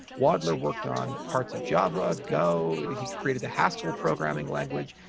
wadler worked on parts of java, go. he created the haskell programming language.